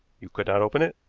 you could not open it,